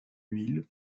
huile